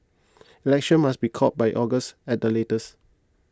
election must be called by August at the latest